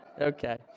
Okay